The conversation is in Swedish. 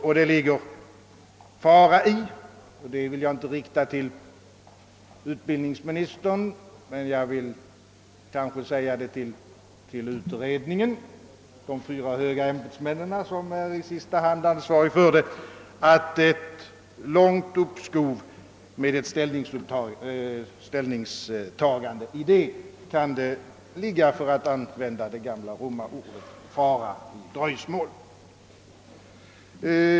Jag vill understryka, inte för utbildningsministern men för utredningen och de fyra höga ämbetsmän, som i sista hand är ansvariga för den, att ett långt uppskov med ett ställningstagande kan vara riskabelt; det kan, för att använda det gamla romarordet, ligga fara i dröjsmål.